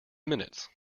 minutes